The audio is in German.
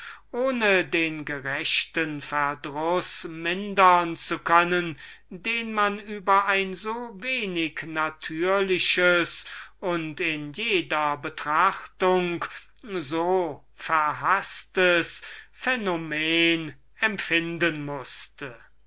ohne daß sie den gerechten verdruß vermindern konnten den man über ein so wenig natürliches und in jeder betrachtung so verhaßtes phänomen empfinden mußte